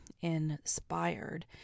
inspired